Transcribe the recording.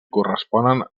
corresponen